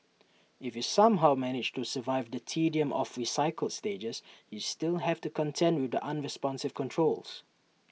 if you somehow manage to survive the tedium of recycled stages you still have to contend with the unresponsive controls